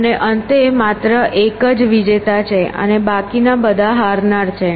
અને અંતે માત્ર એક જ વિજેતા છે અને બાકીના બધા હારનાર છે